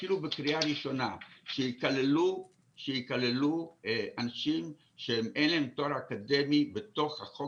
אפילו בקריאה ראשונה שיכללו אנשים שאין להם תואר אקדמי בתוך החוק,